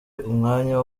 umwanya